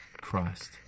Christ